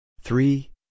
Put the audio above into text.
three